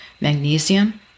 Magnesium